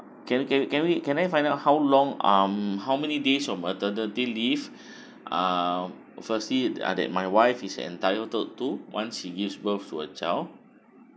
can can can we can I find out how long um how many days of maternity leave uh firstly uh that my wife is entitled to once she gives birth to a child